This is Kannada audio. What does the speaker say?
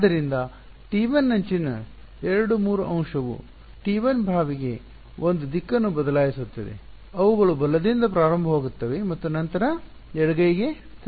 ಆದ್ದರಿಂದ T1 ಅಂಚಿನ 2 3 ಅಂಶವು T1 ಬಾವಿಗೆ ಒಂದು ದಿಕ್ಕನ್ನು ಬದಲಾಯಿಸುತ್ತಿದೆ ಅವುಗಳು ಬಲದಿಂದ ಪ್ರಾರಂಭವಾಗುತ್ತವೆ ಮತ್ತು ನಂತರ ಎಡಗೈಗೆ ತಿರುಗುತ್ತವೆ